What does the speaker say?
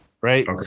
Right